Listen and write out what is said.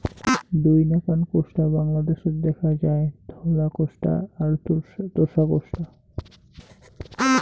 দুই নাকান কোষ্টা বাংলাদ্যাশত দ্যাখা যায়, ধওলা কোষ্টা আর তোষা কোষ্টা